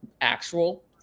actual